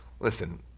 Listen